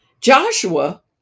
Joshua